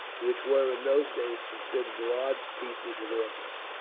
which were in those days considered large pieces of ordnance.